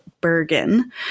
Bergen